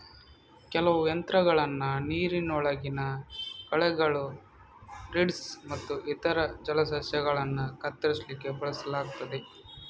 ಕೆಲವು ಯಂತ್ರಗಳನ್ನ ನೀರಿನೊಳಗಿನ ಕಳೆಗಳು, ರೀಡ್ಸ್ ಮತ್ತು ಇತರ ಜಲಸಸ್ಯಗಳನ್ನ ಕತ್ತರಿಸ್ಲಿಕ್ಕೆ ಬಳಸಲಾಗ್ತದೆ